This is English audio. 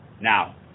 Now